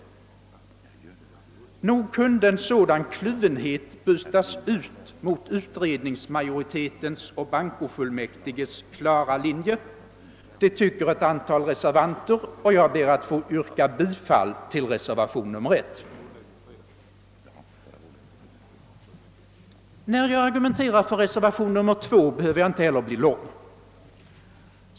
Nog kunde en sådan kluvenhet bytas ut mot utredningsmajoritetens och bankofullmäktiges klara linje. Den uppfattningen har ett antal reservanter. Jag ber, herr talman, att få yrka bifall till reservation nr 1. När jag argumenterar för reservation nr 2 vill jag inte heller bli mångordig.